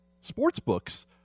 sportsbooks